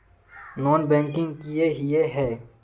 Non banking किए हिये है?